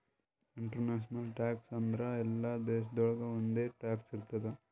international tax ಅಂದುರ್ ಎಲ್ಲಾ ದೇಶಾಗೊಳಿಗ್ ಒಂದೆ ಟ್ಯಾಕ್ಸ್ ಇರ್ತುದ್